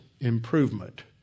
Improvement